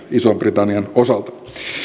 ison britannian osalta